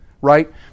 right